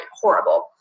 horrible